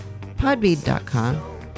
Podbead.com